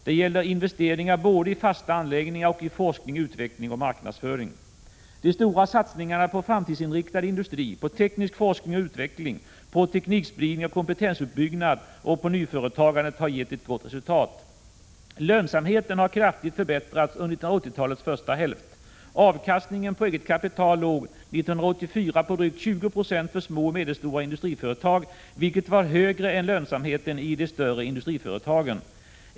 Det gäller investeringar både i fasta anläggningstillgångar och i forskning, utveckling och marknadsföring. De stora satsningarna på framtidsinriktad industri, på teknisk forskning och utveckling, på teknikspridning och kompetensuppbyggnad, och på nyföretagandet, har gett ett gott resultat. Lönsamheten har kraftigt förbättrats under 1980-talets första hälft. Avkastningen på eget kapital låg 1984 på drygt 20 9o för små och medelstora industriföretag, vilket var högre än lönsamheten i de större industriföretagen.